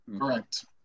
Correct